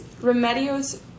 Remedios